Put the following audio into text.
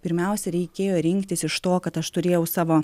pirmiausia reikėjo rinktis iš to kad aš turėjau savo